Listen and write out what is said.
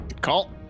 Call